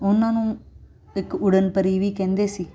ਉਹਨਾਂ ਨੂੰ ਇੱਕ ਉੜਨ ਪਰੀ ਵੀ ਕਹਿੰਦੇ ਸੀ